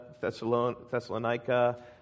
Thessalonica